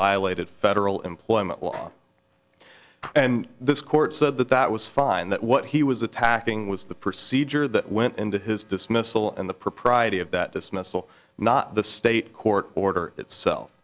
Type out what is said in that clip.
violated federal employment law and this court said that that was fine that what he was attacking was the procedure that went into his dismissal and the propriety of that dismissal not the state court order itself